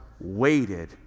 waited